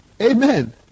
Amen